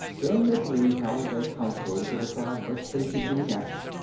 then the three held a counsel to decide what they should do next,